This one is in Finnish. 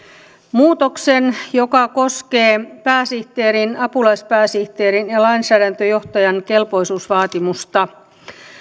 muutoksen joka koskee pääsihteerin apulaispääsihteerin ja lainsäädäntöjohtajan kelpoisuusvaatimusta